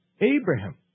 Abraham